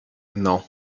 non